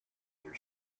their